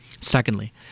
Secondly